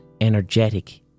energetic